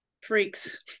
freaks